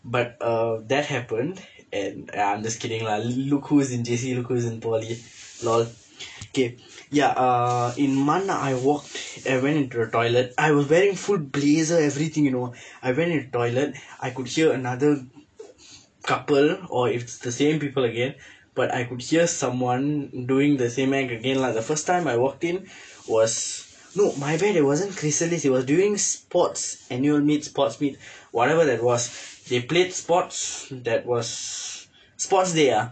but err that happened and eh I'm just kidding lah look who is in J_C look whos in poly LOL okay ya uh in MUN I walked and went into the toilet I was wearing full blazer everything you know I went into toilet I could hear another couple or if it's the same people again but I could hear someone doing the same thing again lah the first time I walked in was no my bad it wasn't chrysalis it was during sports annual meet sports meet whatever that was they played sports that was sports day ah